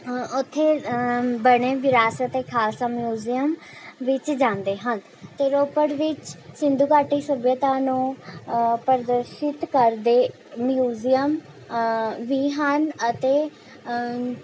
ਉੱਥੇ ਬਣੇ ਵਿਰਾਸਤ ਏ ਖਾਲਸਾ ਮਿਊਜ਼ੀਅਮ ਵਿੱਚ ਜਾਂਦੇ ਹਨ ਅਤੇ ਰੋਪੜ ਵਿੱਚ ਸਿੰਧੂ ਘਾਟੀ ਸੱਭਿਅਤਾ ਨੂੰ ਪ੍ਰਦਰਸ਼ਿਤ ਕਰਦੇ ਮਿਊਜ਼ੀਅਮ ਵੀ ਹਨ ਅਤੇ